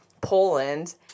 Poland